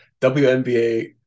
WNBA